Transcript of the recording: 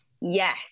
Yes